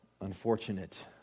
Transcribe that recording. unfortunate